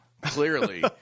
Clearly